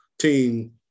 team